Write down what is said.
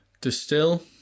Distill